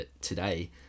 today